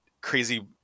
crazy